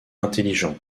intelligent